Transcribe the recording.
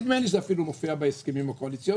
נדמה לי שזה אפילו מופיע בהסכמים הקואליציוניים.